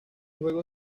juego